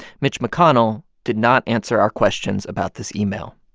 mitch mcconnell did not answer our questions about this email.